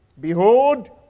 Behold